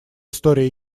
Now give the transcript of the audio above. истории